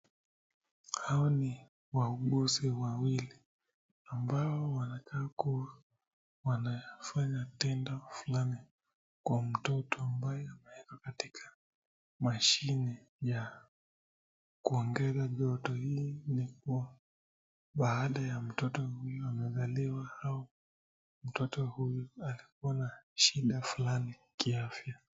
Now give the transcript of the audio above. Hawa ni wauguzi wawili ambao wanakaa kuwa wanafanya tendo fulani kwa mtoto ambayo amewekwa katika mashine ya kuongeza joto hii ni kwa baada mto huyo amezaliwa au mtoto huyo alikuwa na shida fulani kiafya.